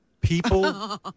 People